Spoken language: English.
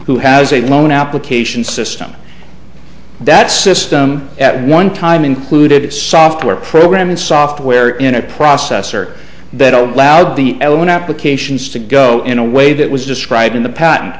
who has a loan application system that system at one time included its software program and software in a processor that all loud the element applications to go in a way that was described in the patent